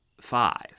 five